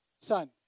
son